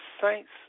saints